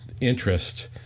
interest